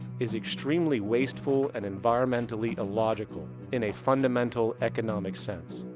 is extremely wasteful and environmentally illogical in a fundamental, economic sense.